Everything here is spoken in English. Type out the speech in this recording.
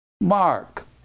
Mark